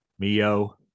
Mio